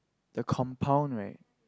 the compound right